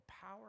power